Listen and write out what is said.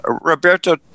Roberto